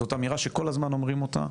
זאת אמירה שכל הזמן אומרים אותה.